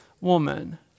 woman